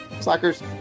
Slackers